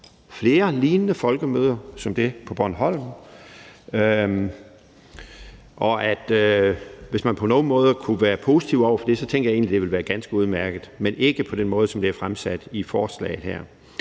flere folkemøder som det på Bornholm, og hvis man på nogen måder kunne være positiv over for det, tænker jeg egentlig at det ville være ganske udmærket, men ikke på den måde, som det er fremsat i forslaget her.